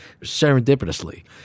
serendipitously